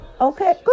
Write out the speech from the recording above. Okay